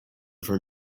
for